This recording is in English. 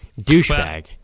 douchebag